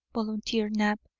volunteered knapp,